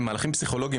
הם מהלכים פסיכולוגיים.